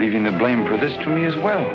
leaving the blame for this to me as well